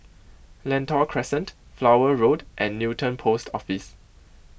Lentor Crescent Flower Road and Newton Post Office